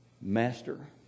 Master